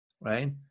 Right